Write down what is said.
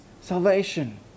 salvation